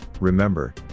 remember